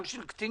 גם של קטינים,